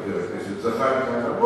חבר הכנסת זחאלקה,